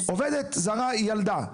עובדת זרה ילדה,